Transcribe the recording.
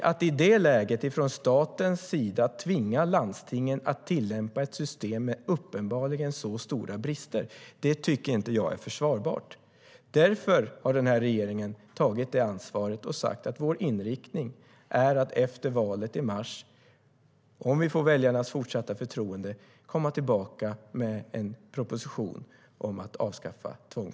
Att i det läget från statens sida tvinga landstingen att tillämpa ett system som uppenbarligen har så stora brister tycker inte jag är försvarbart. Den här regeringen har tagit ansvar och sagt att vår inriktning är att efter valet i mars komma tillbaka med en proposition om att avskaffa tvångs-LOV, om vi får väljarnas fortsatta förtroende.